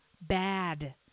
bad